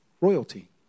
royalty